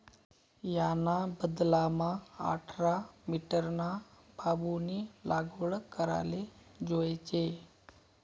याना बदलामा आठरा मीटरना बांबूनी लागवड कराले जोयजे